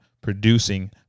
producing